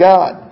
God